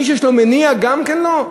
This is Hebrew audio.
מי שיש לו מניעה גם כן לא?